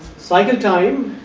cycle time,